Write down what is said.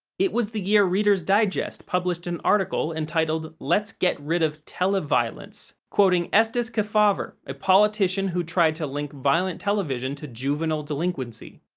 it was the year reader's digest published an article entitled let's get rid of tele-violence, quoting estes kefauver, a politician who tried to link violent television to juvenile delinquency.